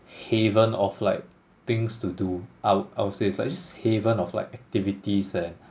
haven of like things to do I would I would say it's like just haven of like activities eh